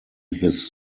his